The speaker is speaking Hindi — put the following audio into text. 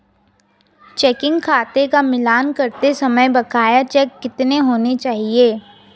चेकिंग खाते का मिलान करते समय बकाया चेक कितने होने चाहिए?